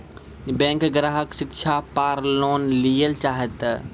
Bank ग्राहक शिक्षा पार लोन लियेल चाहे ते?